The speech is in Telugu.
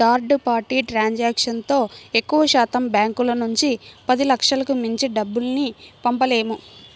థర్డ్ పార్టీ ట్రాన్సాక్షన్తో ఎక్కువశాతం బ్యాంకుల నుంచి పదిలక్షలకు మించి డబ్బుల్ని పంపలేము